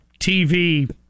TV